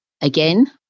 again